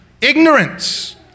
ignorance